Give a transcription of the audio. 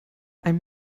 ein